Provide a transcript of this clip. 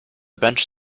bench